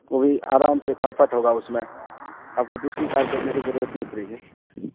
کو بھی آرام سے کمفرٹ ہوگا اس میں آپ کو دوسری کار کرنے کی ضرورت نہیں پڑے گی